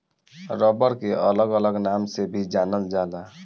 rubber के अलग अलग नाम से भी जानल जाला